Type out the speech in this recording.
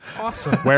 awesome